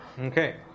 Okay